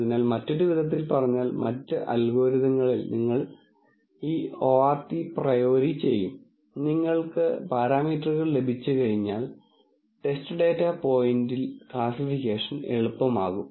അതിനാൽ മറ്റൊരു വിധത്തിൽ പറഞ്ഞാൽ മറ്റ് അൽഗോരിതങ്ങളിൽ നിങ്ങൾ എല്ലാ e ort a priori ചെയ്യും നിങ്ങൾക്ക് പാരാമീറ്ററുകൾ ലഭിച്ചുകഴിഞ്ഞാൽ ടെസ്റ്റ് ഡാറ്റ പോയിന്റിൽ ക്ലാസ്സിഫിക്കേഷൻ എളുപ്പമാകും